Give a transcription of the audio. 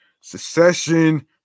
Secession